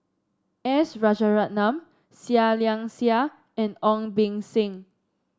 S Rajaratnam Seah Liang Seah and Ong Beng Seng